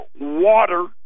water